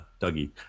dougie